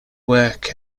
work